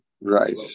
Right